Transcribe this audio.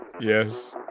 Yes